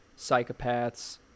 psychopaths